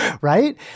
right